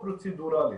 פרוצדורלית.